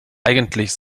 eigentlich